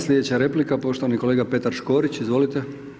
Sljedeća replika poštovani kolega Petar Škorić, izvolite.